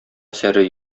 әсәре